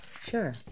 Sure